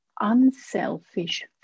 unselfish